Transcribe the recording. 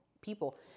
people